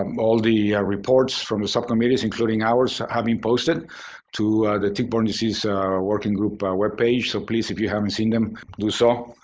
um all the reports from the subcommittees including ours have been posted to the tick-borne disease working group but webpage. so please, if you haven't seen them, do so.